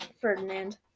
Ferdinand